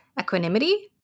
equanimity